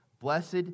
Blessed